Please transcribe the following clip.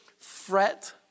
Fret